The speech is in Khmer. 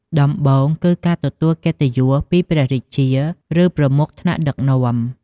ដំបូងគឺការទទួលកិត្តិយសពីព្រះរាជា ឬ ប្រមុខថ្នាក់ដឹកនាំ។